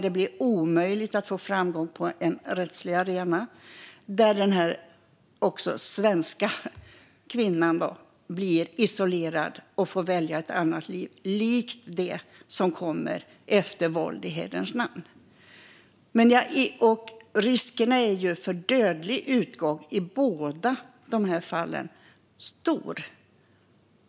Det blir omöjligt att få framgång på en rättslig arena. Den svenska kvinnan blir isolerad och får välja ett annat liv, likt det som kommer efter våld i hederns namn. Risken för dödlig utgång är i båda de här fallen stor.